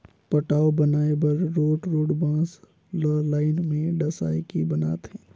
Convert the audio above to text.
पटांव बनाए बर रोंठ रोंठ बांस ल लाइन में डसाए के बनाथे